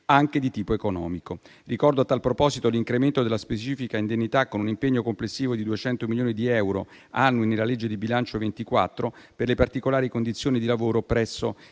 anche di tipo economico. Ricordo, a tal proposito, l'incremento della specifica indennità, con un impegno complessivo di 200 milioni di euro annui nella legge di bilancio 2024 per le particolari condizioni di lavoro presso i